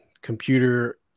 computer